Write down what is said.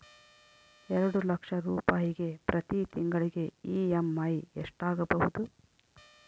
ಎರಡು ಲಕ್ಷ ರೂಪಾಯಿಗೆ ಪ್ರತಿ ತಿಂಗಳಿಗೆ ಇ.ಎಮ್.ಐ ಎಷ್ಟಾಗಬಹುದು?